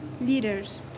leaders